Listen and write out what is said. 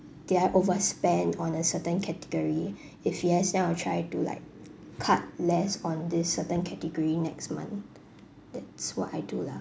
did I overspend on a certain category if yes then I'll try to like cut less on this certain category next month that's what I do lah